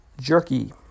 jerky